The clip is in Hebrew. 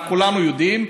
אנחנו כולנו יודעים,